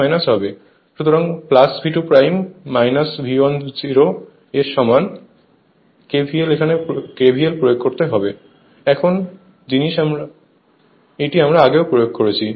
সুতরাং V2 V 1 0 এর সমান KVL প্রয়োগ করুন একই জিনিস আমরা আগেও প্রয়োগ করেছি